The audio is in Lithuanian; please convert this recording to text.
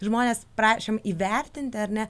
žmones prašėm įvertinti ar ne